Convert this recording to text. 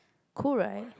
cool right